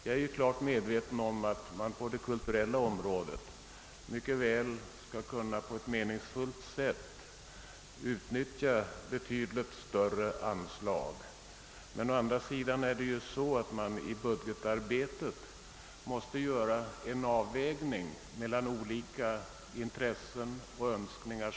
Jag är klart medveten om att man på det kulturella området mycket väl på ett meningsfullt sätt skulle kunna utnyttja betydligt större anslag, men å andra sidan måste vid budgetarbetet göras en avvägning mellan olika intressen och önskningar.